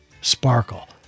sparkle